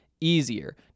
easier